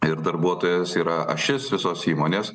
ir darbuotojas yra ašis visos įmonės